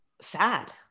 sad